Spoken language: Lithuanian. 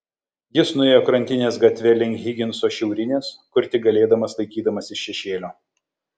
jis nuėjo krantinės gatve link higinso šiaurinės kur tik galėdamas laikydamasis šešėlio